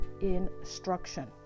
instruction